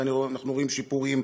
ואנחנו רואים שיפורים.